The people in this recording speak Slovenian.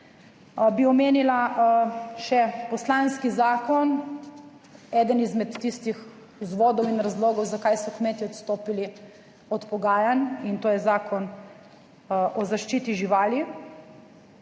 Bi omenila še poslanski zakon, eden izmed tistih vzvodov in razlogov zakaj so kmetje odstopili od pogajanj in to je Zakon o zaščiti živali.